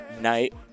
Night